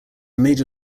major